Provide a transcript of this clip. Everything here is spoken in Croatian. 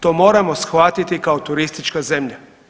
To moramo shvatiti kao turistička zemlja.